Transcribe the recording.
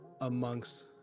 amongst